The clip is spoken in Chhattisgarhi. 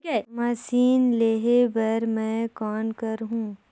मशीन लेहे बर मै कौन करहूं?